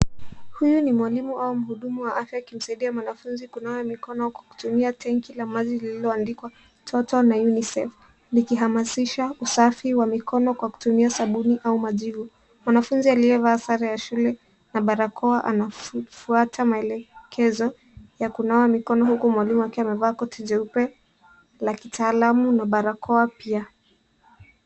Huyu ni mwalimu au mhudumu wa afya akimsaidia mwanafunzi kunawa mikono kwa kutumia tangi la maji lililoandikwa Toto na UNICEF, likihamasisha usafi wa mikono kwa kutumia sabuni au majivu. Mwanafunzi aliyevaa sare ya shule na barakoa anafuata maelekezo ya kunawa mikono, huku mwalimu akiwa amevaa koti jeupe la kitaalamu na barakoa pia.